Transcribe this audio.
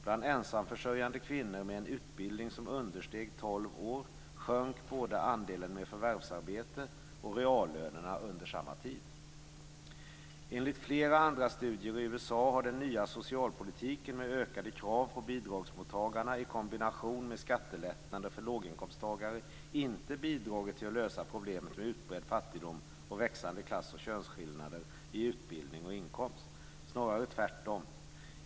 Bland ensamförsörjande kvinnor med en utbildning som understeg Enligt flera andra studier i USA har den nya socialpolitiken med ökade krav på bidragsmottagarna i kombination med skattelättnader för låginkomsttagare inte bidragit till att lösa problemet med utbredd fattigdom och växande klass och könsskillnader i utbildning och inkomst. Snarare tvärtom.